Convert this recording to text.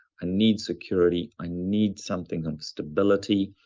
and need security, i need something of stability,